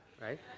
right